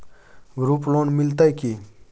Group loan मिलतै की?